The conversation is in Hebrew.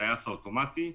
בטייס האוטומטי,